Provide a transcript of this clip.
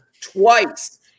twice